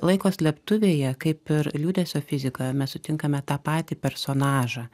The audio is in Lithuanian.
laiko slėptuvėje kaip ir liūdesio fizikoje mes sutinkame tą patį personažą